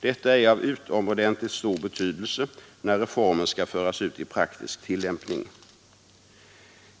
Detta är av utomordentligt stor betydelse när reformen skall föras ut i praktisk tillämpning.